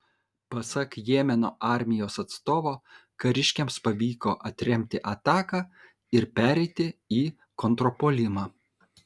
pasak jemeno armijos atstovo kariškiams pavyko atremti ataką ir pereiti į kontrpuolimą